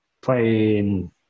playing